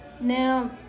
Now